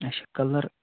اَچھا کلر